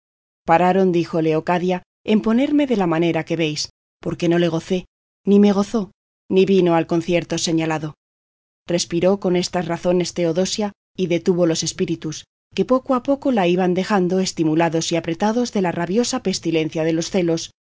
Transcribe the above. pararon dijo leocadia en ponerme de la manera que veis porque no le gocé ni me gozó ni vino al concierto señalado respiró con estas razones teodosia y detuvo los espíritus que poco a poco la iban dejando estimulados y apretados de la rabiosa pestilencia de los celos